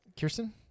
Kirsten